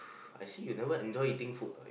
I see you never enjoy eating food what